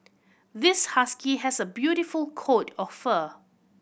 this husky has a beautiful coat of fur